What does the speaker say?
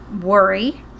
worry